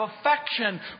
affection